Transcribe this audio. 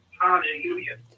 Hallelujah